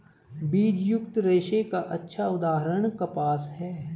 बीजयुक्त रेशे का अच्छा उदाहरण कपास है